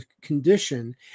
condition